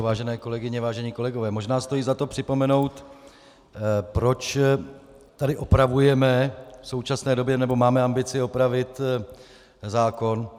Vážené kolegyně, vážení kolegové, možná stojí za to připomenout, proč tady opravujeme v současné době, nebo máme ambici opravit zákon.